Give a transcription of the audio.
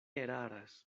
eraras